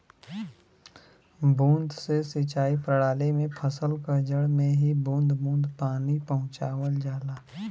बूंद से सिंचाई प्रणाली में फसल क जड़ में ही बूंद बूंद पानी पहुंचावल जाला